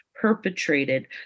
perpetrated